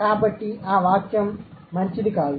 కాబట్టి ఆ వాక్యం మంచిది కాదు